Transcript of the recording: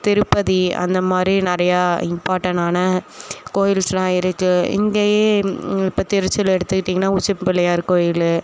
திருப்பதி அந்த மாதிரி நிறையா இம்பார்ட்டனான கோயில்ஸ்லாம் இருக்குது இங்கேயே இப்போ திருச்சியில் எடுத்துக்கிட்டிங்கனா உச்சி பிள்ளையார் கோயில்